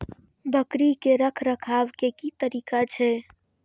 बकरी के रखरखाव के कि तरीका छै?